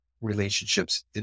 relationships